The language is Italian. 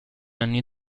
anni